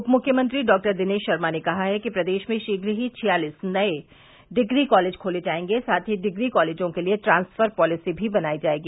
उप मुख्यमंत्री डॉक्टर दिनेश शर्मा ने कहा है कि प्रदेश में शीघ्र ही छियालिस नये डिग्री कॉलेज खोले जायेंगे साथ ही डिग्री कॉलेजों के लिये ट्रांसफर पॉलिसी भी बनायी जायेगी